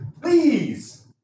Please